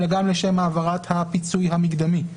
אלא גם לשם העברת הפיצוי המקדמי.